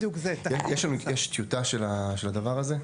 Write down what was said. יש טיוטה של הדבר הזה?